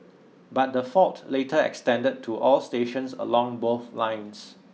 but the fault later extended to all stations along both lines